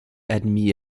admis